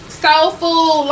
soulful